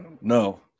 No